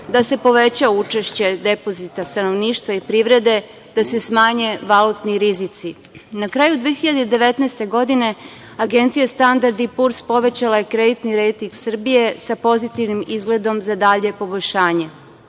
da se poveća učešće depozita stanovništva i privrede, da se smanje valutni rizici. Na kraju 2019. godine Agencija „Standard i Purs“ povećala je kreditni rejting Srbije sa pozitivnim izgledom za dalje poboljšanje.